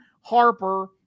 Harper